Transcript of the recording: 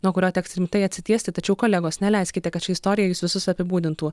nuo kurio teks rimtai atsitiesti tačiau kolegos neleiskite kad ši istorija jus visus apibūdintų